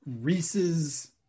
Reese's